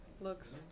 Looks